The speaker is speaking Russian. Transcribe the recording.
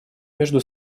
между